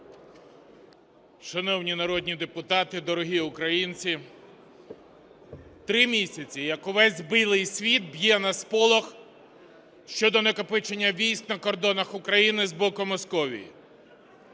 Шановні народні депутати, дорогі українці! Три місяці, як увесь білий світ б'є на сполох щодо накопичення військ на кордонах України з боку Московії.